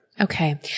Okay